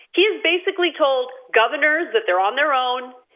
he has basically told governors that they're on their own.